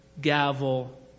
gavel